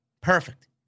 perfect